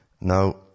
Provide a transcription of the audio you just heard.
Now